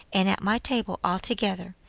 and at my table altogether.